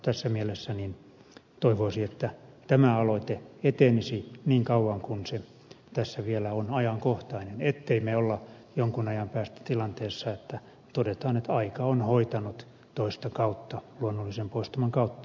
tässä mielessä toivoisi että tämä aloite etenisi niin kauan kuin se tässä vielä on ajankohtainen et temme ole jonkun ajan päästä tilanteessa että toteamme että aika on hoitanut asian toista kautta luonnollisen poistuman kautta